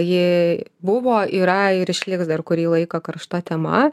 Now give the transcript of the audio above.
ji buvo yra ir išliks dar kurį laiką karšta tema